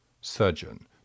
surgeon